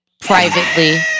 Privately